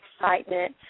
excitement